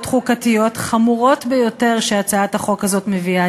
חוקתיות חמורות ביותר שהצעת החוק הזאת מביאה